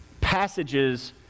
passages